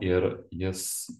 ir jis